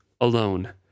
alone